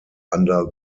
under